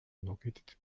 located